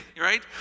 right